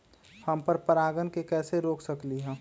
हम पर परागण के कैसे रोक सकली ह?